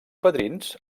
padrins